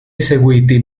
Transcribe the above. eseguiti